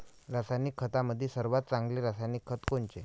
रासायनिक खतामंदी सर्वात चांगले रासायनिक खत कोनचे?